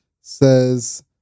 says